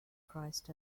christ